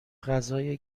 غذای